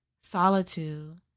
Solitude